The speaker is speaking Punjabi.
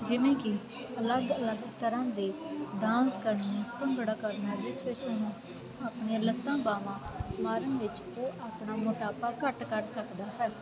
ਜਿਵੇਂ ਕਿ ਅਲੱਗ ਅਲੱਗ ਤਰ੍ਹਾਂ ਦੇ ਡਾਂਸ ਕਰਨੇ ਭੰਗੜਾ ਕਰਨਾ ਵੀ ਆਪਣੀਆਂ ਲੱਤਾਂ ਬਾਹਾਂ ਮਾਰਨ ਵਿੱਚ ਉਹ ਆਪਣਾ ਮੋਟਾਪਾ ਘੱਟ ਕਰ ਸਕਦਾ ਹੈ